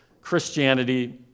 Christianity